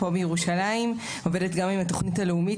אני גם עובדת עם התוכנית הלאומית.